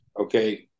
okay